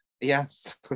Yes